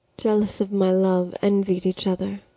jealous of my love, envied each other